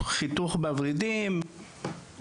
חיתוך בוורידים,